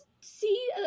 see